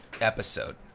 episode